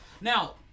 Now